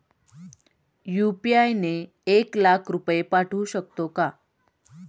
UPI ने एक लाख रुपये पाठवू शकतो का?